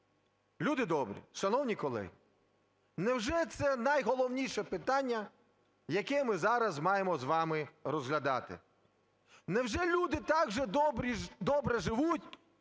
Люди добрі, шановні колеги, невже це найголовніше питання, яке ми зараз маємо з вами розглядати? Невже люди також добре живуть,